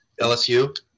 LSU